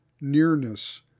nearness